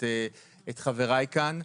את חבריי כאן.